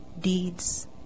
deeds